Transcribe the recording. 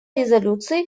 резолюции